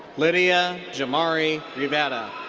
lydia jmarie rivera.